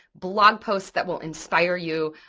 blog posts that will inspire you,